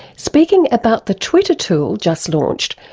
speaking about the twitter tool, just launched,